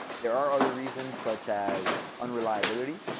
there are other reasons, such as unreliability.